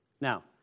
Now